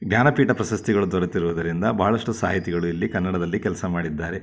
ಜ್ಞಾನಪೀಠ ಪ್ರಶಸ್ತಿಗಳು ದೊರೆತಿರುವುದರಿಂದ ಭಾಳಷ್ಟು ಸಾಹಿತಿಗಳು ಇಲ್ಲಿ ಕನ್ನಡದಲ್ಲಿ ಕೆಲಸ ಮಾಡಿದ್ದಾರೆ